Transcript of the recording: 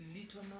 little